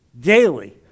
daily